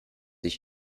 ich